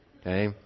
okay